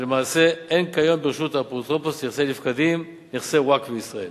שלמעשה אין כיום ברשות האפוטרופוס לנכסי נפקדים נכסי ווקף בישראל.